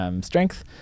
strength